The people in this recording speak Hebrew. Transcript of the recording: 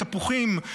תפוחים,